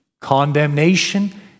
Condemnation